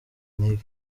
intege